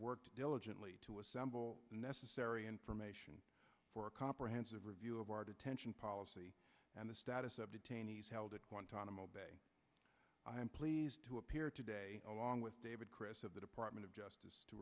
worked diligently to assemble the necessary information for a comprehensive review of our detention policy and the status of detainees held at guantanamo bay i am pleased to appear today along with david kris of the department of justice to